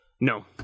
No